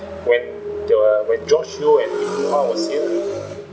when the uh when george yeo and lim hwee hua was here